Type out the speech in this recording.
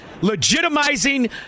legitimizing